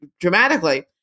dramatically